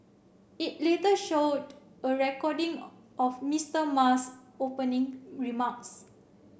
it later showed a recording of Mister Ma's opening remarks